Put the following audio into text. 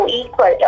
equal